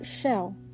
shell